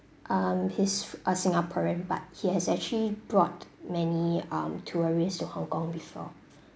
um he's a singaporean but he has actually brought many um tourist to hong kong before